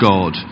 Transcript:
God